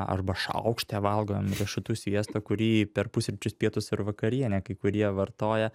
arba šaukšte valgomam riešutų sviesto kurį per pusryčius pietus ir vakarienę kai kurie vartoja